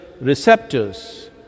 receptors